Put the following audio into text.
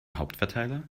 hauptverteiler